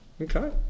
okay